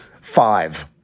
Five